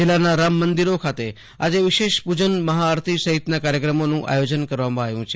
જિલ્લાના રામ મંદિરો ખતે આજે વિશેષ પુજન મહાઆરતી સહિતના કાર્યક્રમોનું આયોજન કરવામાં આવ્યું છે